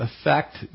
affect